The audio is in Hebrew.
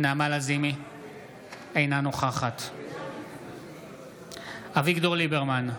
אינה נוכחת אביגדור ליברמן,